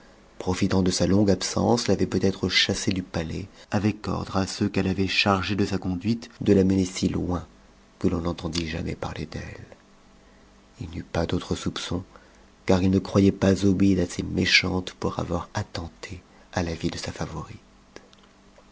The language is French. profitant de sa longue absence l'avait peutêtre chassée du palais avec ordre à ceux qu'elle avait chargés de sa con duite de la mener si loin que l'on n'entendit jamais parler d'elle il n'eut pas d'autre soupçon car il ne croyait pas zobéide assez méchante pour avoir attenté à la vie de sa favorite